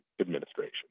administration